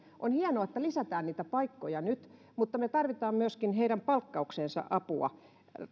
on hienoa että lisätään niitä paikkoja nyt mutta me tarvitsemme myöskin heidän palkkaukseensa apua